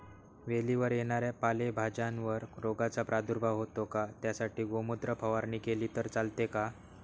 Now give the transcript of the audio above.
वेलीवर येणाऱ्या पालेभाज्यांवर रोगाचा प्रादुर्भाव होतो का? त्यासाठी गोमूत्र फवारणी केली तर चालते का?